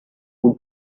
who